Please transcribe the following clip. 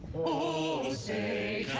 o! say